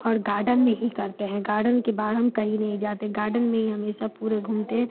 और गार्डन में ही करते हैं गार्डन के बाहर हम कही नहीं जाते गार्डन में ही हमेशा पूरे घूमते हैं